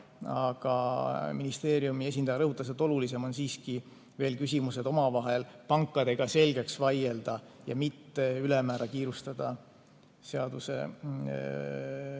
aga ministeeriumi esindaja rõhutas, et olulisem on siiski küsimused pankadega selgeks vaielda ja mitte ülemäära kiirustada seaduse